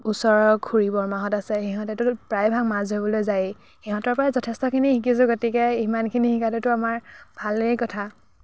ওচৰৰ খুৰী বৰমাহঁত আছে সিহঁতেতো প্ৰায়ভাগ মাছ ধৰিবলৈ যায়েই সিহঁতৰ পৰাই যথেষ্টখিনি শিকিছোঁ গতিকে ইমানখিনি শিকাটোতো আমাৰ ভালেই কথা